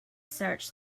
search